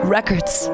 Records